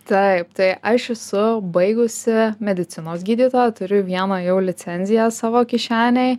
taip tai aš esu baigusi medicinos gydytojo turiu vieną jau licenziją savo kišenėj